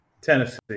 Tennessee